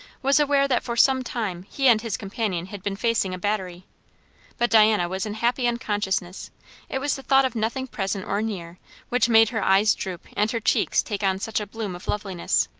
was aware that for some time he and his companion had been facing a battery but diana was in happy unconsciousness it was the thought of nothing present or near which made her eyes droop and her cheeks take on such a bloom of loveliness.